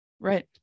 Right